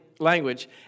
language